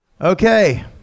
Okay